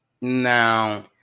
Now